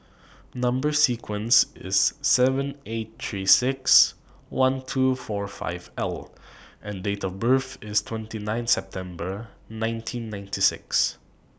Number sequence IS S eight three six one two four five L and Date of birth IS twenty nine September nineteen ninety six